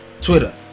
Twitter